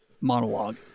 monologue